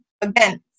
Again